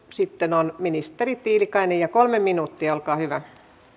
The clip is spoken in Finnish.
sitten on ministeri tiilikainen ja kolme minuuttia olkaa hyvä